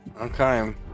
okay